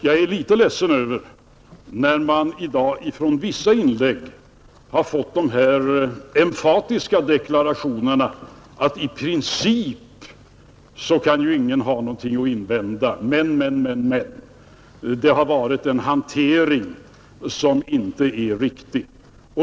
Jag är litet ledsen för att det i dag i vissa inlägg har gjorts deklarationer om att i princip kan ingen ha något att invända, men, men, men — hanteringen har inte varit riktig.